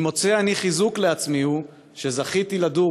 אם מוצא אני חיזוק לעצמי הוא שזכיתי לדור